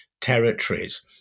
territories